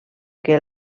que